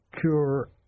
cure